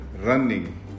running